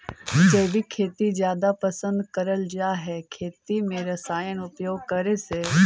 जैविक खेती जादा पसंद करल जा हे खेती में रसायन उपयोग करे से